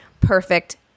perfect